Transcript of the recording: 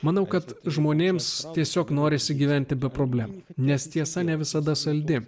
manau kad žmonėms tiesiog norisi gyventi be problemų nes tiesa ne visada saldi